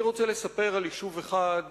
אני רוצה לספר על יישוב אחד,